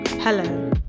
hello